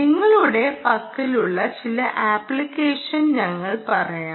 നിങ്ങളുടെ പക്കലുള്ള ചില ആപ്ലിക്കേഷൻ ഞങ്ങൾ പറയാം